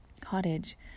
cottage